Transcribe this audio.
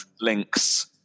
links